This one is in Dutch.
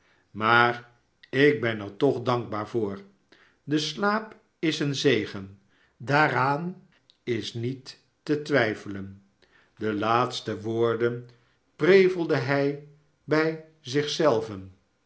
maar ik ben er toch dankbaar voor de slaap is een zegen daaraan is niet te twijfelen de laatste woorden prevelde hij bij zich zelven